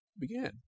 begin